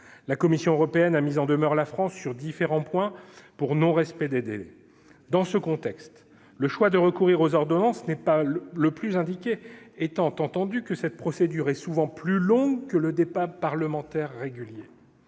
La Commission européenne a mis en demeure la France sur différents sujets pour non-respect des délais. Dans ce contexte, le choix de recourir aux ordonnances n'est pas le plus indiqué, étant entendu que cette procédure est souvent plus longue que le débat parlementaire régulier.